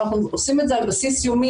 אנחנו עושים את זה על בסיס יומי,